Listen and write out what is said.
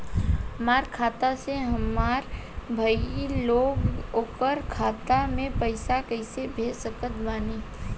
हमार खाता से हमार भाई लगे ओकर खाता मे पईसा कईसे भेज सकत बानी?